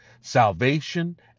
salvation